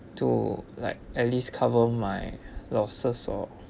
to like at least cover my losses or